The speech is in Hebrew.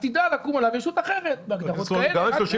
עתידה לקום עליו ישות אחרת בהגדרות כאלה ואחרות.